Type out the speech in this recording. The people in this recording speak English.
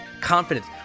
confidence